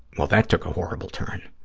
well, that took a horrible turn.